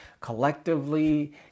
collectively